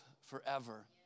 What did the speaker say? forever